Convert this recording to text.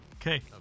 Okay